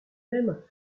même